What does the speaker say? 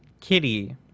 Kitty